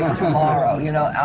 tomorrow, you know?